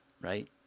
right